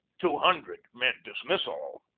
two hundred meant dismissal.